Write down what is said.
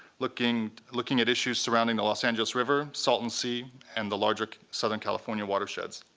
looking looking at issues surrounding the los angeles river, salton sea, and the larger southern california watersheds.